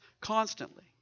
constantly